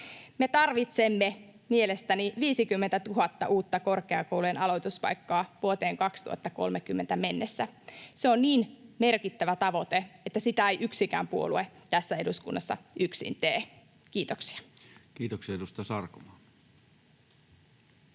Me tarvitsemme mielestäni 50 000 uutta korkeakoulujen aloituspaikkaa vuoteen 2030 mennessä. Se on niin merkittävä tavoite, että sitä ei yksikään puolue tässä eduskunnassa yksin tee. — Kiitoksia. [Speech 160] Speaker: